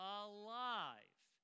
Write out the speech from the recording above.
alive